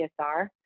CSR